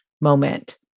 moment